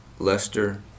Lester